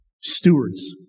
Stewards